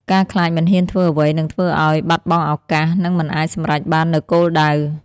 ការខ្លាចមិនហ៊ានធ្វើអ្វី នឹងធ្វើឲ្យបាត់បង់ឱកាស និងមិនអាចសម្រេចបាននូវគោលដៅ។